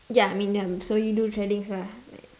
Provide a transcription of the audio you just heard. ya I mean ya um so you do threadings lah like